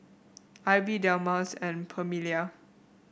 Ivie Delmus and Permelia